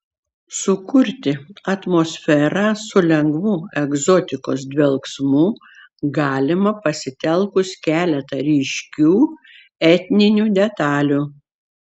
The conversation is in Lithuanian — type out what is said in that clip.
sukurti atmosferą su lengvu egzotikos dvelksmu galima pasitelkus keletą ryškių etninių detalių